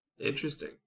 Interesting